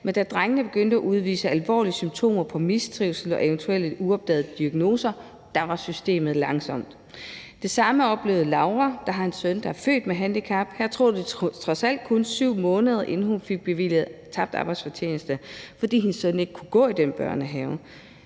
men da drengene begyndte at udvise alvorlige symptomer på mistrivsel og eventuelt uopdagede diagnoser, var systemet langsomt. Det samme oplevede Laura, der har en søn, der er født med handicap. Her tog det trods alt kun 7 måneder, inden hun fik bevilget tabt arbejdsfortjeneste, fordi hendes søn ikke kunne gå i den her børnehave.